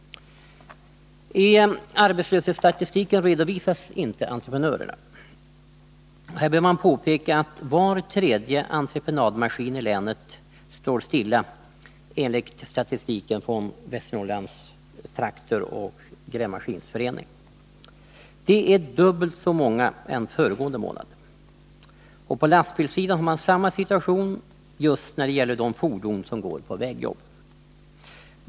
Iarbetslöshetsstatistiken redovisas inte entreprenörerna. Här bör påpekas att var tredje entreprenadmaskin i länet står stilla enligt statistiken från Västernorrlands Traktor & Grävmaskinsförening. Det är dubbelt så många som föregående månad. På lastbilssidan har man samma situation när det gäller de fordon som går på vägjobb.